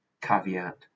caveat